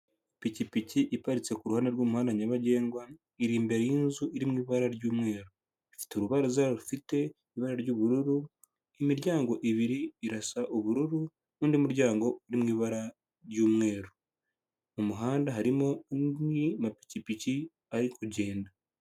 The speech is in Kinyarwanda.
Ipikipiki iparitse ku ruhande rw'umuhanda nyabagendwa, iri imbere y'inzu iri mu ibara ry'umweru, ifite urubaraza rufite ibara ry'ubururu, imiryango ibiri irasa ubururu, n'undi muryango uri mu ibara ry'umweru, mu muhanda harimo amapikipiki ari kugenda.